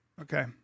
Okay